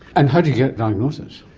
and how do you get diagnosis?